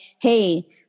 Hey